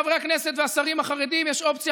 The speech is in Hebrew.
חברי הכנסת והשרים החרדים: יש אופציה